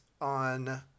on